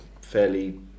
fairly